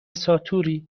ساتوری